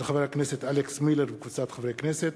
של חבר הכנסת אלכס מילר וקבוצת חברי הכנסת.